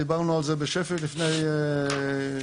דיברנו על זה בשפי לפני שבוע-שבועיים.